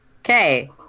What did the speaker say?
Okay